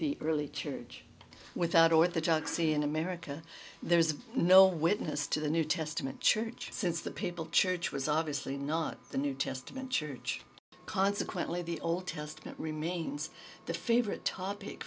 the early church without or the judge see in america there is no witness to the new testament church since the people church was obviously not the new testament church consequently the old testament remains the favorite topic